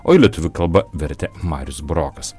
o į lietuvių kalbą vertė marius burokas